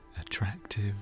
attractive